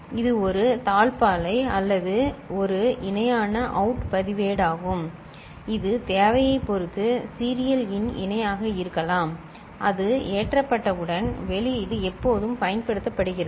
இது ஒரு தாழ்ப்பாளை அல்லது ஒரு இணையான அவுட் பதிவேடாகும் இது தேவையைப் பொறுத்து சீரியல் இன் இணையாக இருக்கலாம் அது ஏற்றப்பட்டவுடன் வெளியீடு எப்போதும் பயன்படுத்தப்படுகிறது